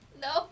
No